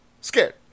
scared